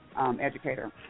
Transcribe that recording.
educator